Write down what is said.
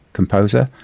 composer